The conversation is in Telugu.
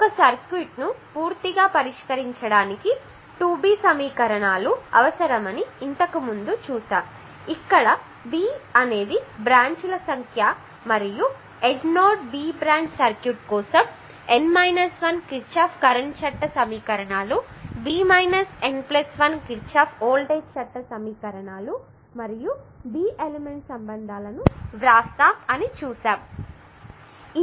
ఒక సర్క్యూట్ ను పూర్తిగా పరిష్కరించడానికి '2B' సమీకరణాలు అవసరమని ఇంతకుముందు చూశాము ఇక్కడ B అనేది బ్రాంచ్ ల సంఖ్య మరియు N node B branch circuit కోసం N 1 కిర్ఛాఫ్ కరెంట్ లా సమీకరణాలు B N 1 Kirchhoff voltage law సమీకరణాలు మరియు B ఎలిమెంట్ సంబంధాలు వ్రాస్తాము